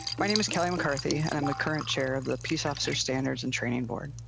my name is kelly mccarthy and um the current chair of the peace officer standards and training board.